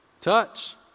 touch